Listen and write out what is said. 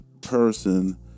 person